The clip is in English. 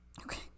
Okay